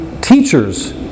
teachers